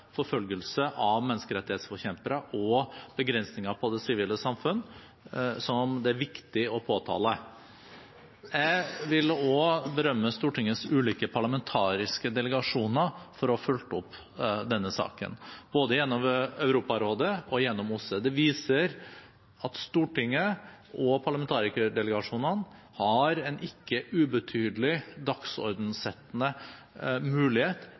forfølgelse av menneskerettighetsforkjempere, og det er lagt ytterligere begrensninger på det sivile samfunnet, noe som det er viktig å påtale. Jeg vil også berømme Stortingets ulike parlamentariske delegasjoner for å ha fulgt opp denne saken, både gjennom Europarådet og gjennom OSSE. Det viser at Stortinget og parlamentarikerdelegasjonene har en ikke ubetydelig dagsordensettende mulighet